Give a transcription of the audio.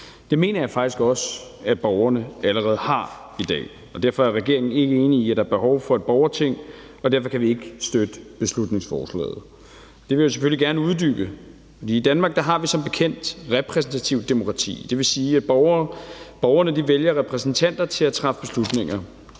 Det mener jeg faktisk også at borgerne allerede har i dag, og derfor er regeringen ikke enig i, at der behov for et borgerting, og derfor kan vi ikke støtte beslutningsforslaget. Det vil jeg selvfølgelig gerne uddybe. For i Danmark har vi som bekendt et repræsentativt demokrati, og det vil sige, at borgerne vælger repræsentanter til at træffe beslutninger.